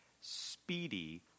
speedy